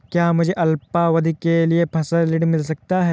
क्या मुझे अल्पावधि के लिए फसल ऋण मिल सकता है?